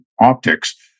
optics